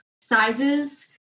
sizes